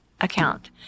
account